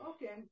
Okay